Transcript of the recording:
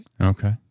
Okay